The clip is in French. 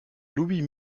louis